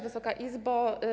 Wysoka Izbo!